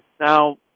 Now